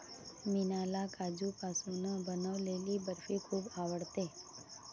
मीनाला काजूपासून बनवलेली बर्फी खूप आवडते